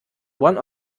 one